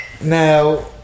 Now